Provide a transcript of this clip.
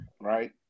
right